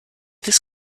this